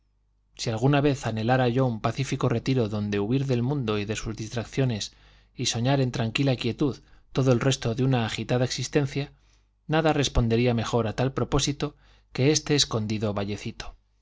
si alguna vez anhelara yo un pacífico retiro donde huir del mundo y de sus distracciones y soñar en tranquila quietud todo el resto de una agitada existencia nada respondería mejor a tal propósito que este escondido vallecito